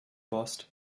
bust